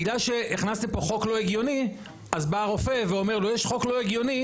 בגלל שהכנסתם פה חוק לא הגיוני אז בא הרופא ואומר לו יש חוק לא הגיוני,